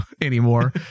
anymore